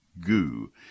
goo